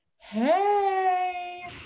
hey